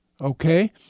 Okay